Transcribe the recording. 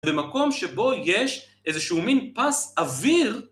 במקום שבו יש איזה שהוא מין פס אוויר.